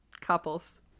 couples